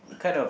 kind of